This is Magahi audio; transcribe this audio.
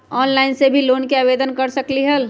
ऑनलाइन से भी लोन के आवेदन कर सकलीहल?